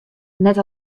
net